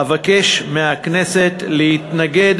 אבקש מהכנסת להתנגד